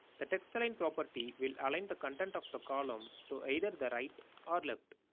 the textalign property will align the content of the column to either the right or left.